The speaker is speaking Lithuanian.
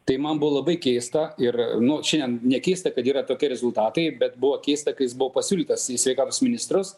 tai man buvo labai keista ir nu šiandien nekeista kad yra tokie rezultatai bet buvo keista kai jis buvo pasiūlytas į sveikatos ministrus